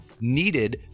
needed